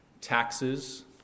Taxes